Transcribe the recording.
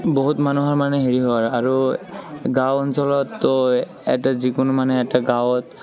বহুত মানুহৰ মানে হেৰি হয় আৰু গাঁও অঞ্চলতটোৱে এটা যিকোনো মানে এটা গাঁৱত